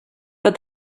but